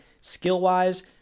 skill-wise